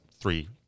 three